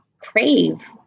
crave